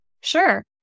Sure